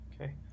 okay